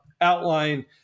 outline